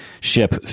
ship